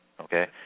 Okay